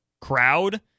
crowd